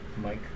Mike